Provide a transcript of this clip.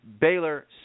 Baylor